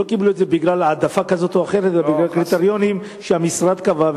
שלא קיבלו בגלל העדפה כזאת או אחרת אלא בגלל קריטריונים שהמשרד קבע,